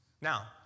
Now